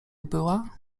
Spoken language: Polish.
była